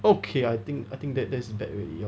okay I think I think that is bad when you all